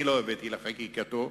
לא אני הבאתי לחקיקתו.